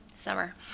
summer